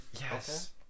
Yes